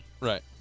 Right